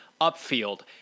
upfield